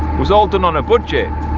was all done on a budget.